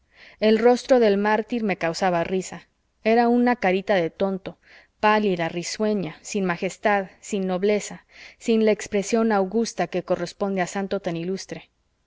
el rostro del mártir me causaba risa era una carita de tonto pálida risueña sin majestad sin nobleza sin la expresión augusta que corresponde a santo tan ilustre